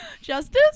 justice